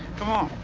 come on.